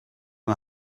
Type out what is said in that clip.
yng